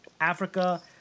Africa